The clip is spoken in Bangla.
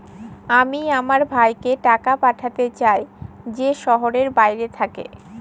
আমি আমার ভাইকে টাকা পাঠাতে চাই যে শহরের বাইরে থাকে